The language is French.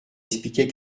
expliquait